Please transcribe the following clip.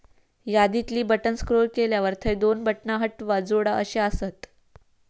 यादीतली बटण स्क्रोल केल्यावर थंय दोन बटणा हटवा, जोडा अशी आसत